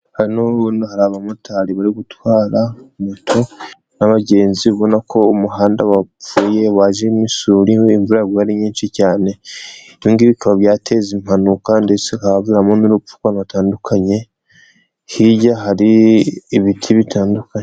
Hano ubona hari abamotari bari gutwara moto n'abagenzi ubona ko umuhanda wapfuye wajemo isuri imvura yaguye ari nyinshi cyane, ibingibi bikaba byateza impanuka ndetse habamo n'urupfu rutandukanye, hirya hari ibiti bitandukanye.